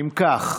אם כך,